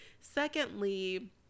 Secondly